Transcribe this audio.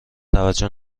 توجه